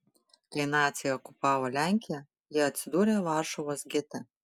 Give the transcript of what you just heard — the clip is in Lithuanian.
kai naciai okupavo lenkiją ji atsidūrė varšuvos gete